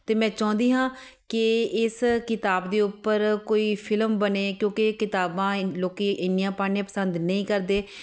ਅਤੇ ਮੈਂ ਚਾਹੁੰਦੀ ਹਾਂ ਕਿ ਇਸ ਕਿਤਾਬ ਦੇ ਉੱਪਰ ਕੋਈ ਫਿਲਮ ਬਣੇ ਕਿਉਂਕਿ ਕਿਤਾਬਾਂ ਲੋਕ ਇੰਨੀਆਂ ਪੜ੍ਹਨੀਆਂ ਪਸੰਦ ਨਹੀਂ ਕਰਦੇ